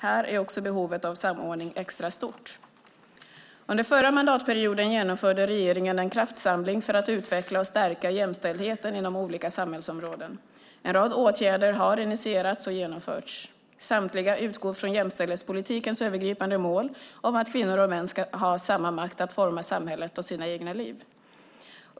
Här är också behovet av samordning extra stort. Under förra mandatperioden genomförde regeringen en kraftsamling för att utveckla och stärka jämställdheten inom olika samhällsområden. En rad åtgärder har initierats och genomförts. Samtliga utgår från jämställdhetspolitikens övergripande mål om att kvinnor och män ska ha samma makt att forma samhället och sina egna liv.